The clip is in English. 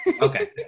Okay